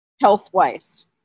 health-wise